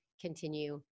continue